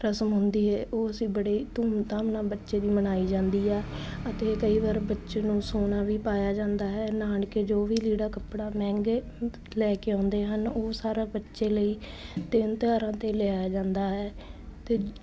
ਰਸਮ ਹੁੰਦੀ ਹੈ ਉਹ ਅਸੀਂ ਬੜੀ ਧੂਮਧਾਮ ਨਾਲ ਬੱਚੇ ਦੀ ਮਨਾਈ ਜਾਂਦੀ ਆ ਅਤੇ ਕਈ ਵਾਰ ਬੱਚੇ ਨੂੰ ਸੋਨਾ ਵੀ ਪਾਇਆ ਜਾਂਦਾ ਹੈ ਨਾਨਕੇ ਜੋ ਵੀ ਲੀੜਾ ਕੱਪੜਾ ਮਹਿੰਗੇ ਲੈ ਕੇ ਆਉਂਦੇ ਹਨ ਉਹ ਸਾਰਾ ਬੱਚੇ ਲਈ ਦਿਨ ਤਿਉਹਾਰਾਂ 'ਤੇ ਲਿਆਇਆ ਜਾਂਦਾ ਹੈ ਅਤੇ